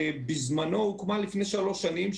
שהוקמה לפני שלוש שנים,